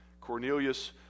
Cornelius